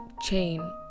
chain